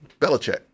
Belichick